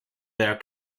their